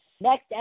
Next